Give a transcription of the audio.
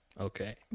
Okay